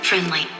Friendly